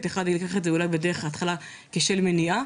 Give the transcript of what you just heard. ואחד אולי ייקח את זה בהתחלה כדרך למניעה,